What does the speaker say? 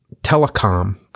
telecom